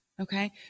Okay